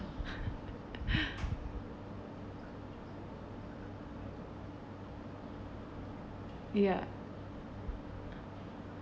ya